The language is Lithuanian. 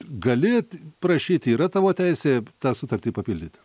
gali prašyti yra tavo teisė tą sutartį papildyti